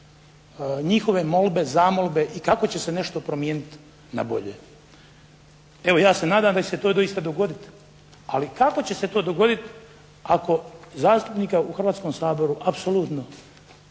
njihove molbe, zamolbe i kako će se nešto promijeniti na bolje. Evo, ja se nadam da će se to doista dogoditi. Ali, kako će se to dogoditi ako zastupnika u Hrvatskom saboru apsolutno